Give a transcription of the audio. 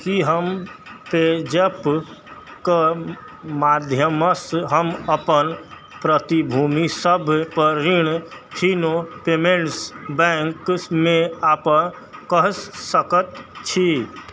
की हम Pay Zapp कऽ माध्यमसँ हम अपन प्रतिभूमिसभ पर ऋण फिनो पेमेंट्स बैंकमे आपस कऽ सकैत छी